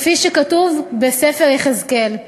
כפי שכתוב בספר יחזקאל: